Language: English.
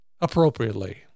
appropriately